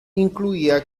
incluía